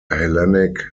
hellenic